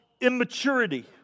immaturity